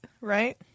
Right